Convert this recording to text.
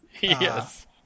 Yes